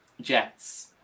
Jets